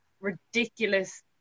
ridiculous